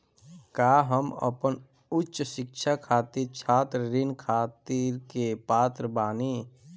का हम अपन उच्च शिक्षा खातिर छात्र ऋण खातिर के पात्र बानी?